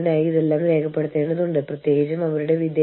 ഏത് മാനദണ്ഡമാണ് നമ്മൾ പാലിക്കേണ്ടത് എന്ന് ആരാണ് തീരുമാനിക്കുക